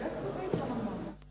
Hvala vam